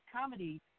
comedy